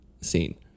scene